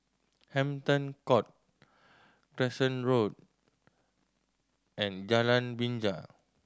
Hampton Court Crescent Road and Jalan Binja